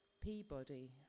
Peabody